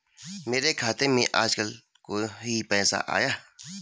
मेरे खाते में आजकल कोई पैसा आया?